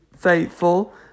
faithful